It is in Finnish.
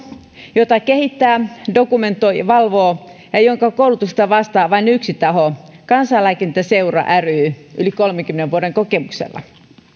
jota kehittää dokumentoi ja valvoo ja jonka koulutuksesta vastaa vain yksi taho kansanlääkintäseura ry yli kolmenkymmenen vuoden kokemuksella